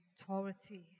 authority